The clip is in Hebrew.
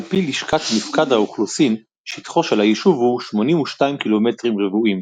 על פי לשכת מפקד האוכלוסין שטחו של ה"יישוב" הוא 82 קילומטרים רבועים,